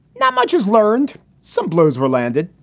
not much has learned some blows were landed,